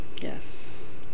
Yes